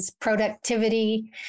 productivity